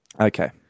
Okay